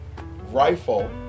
rifle